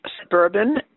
suburban